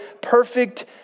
perfect